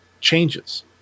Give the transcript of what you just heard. changes